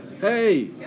Hey